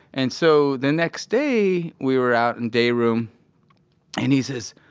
and so, the next day, we were out in dayroom and he says,